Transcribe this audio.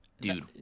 dude